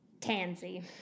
tansy